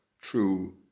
true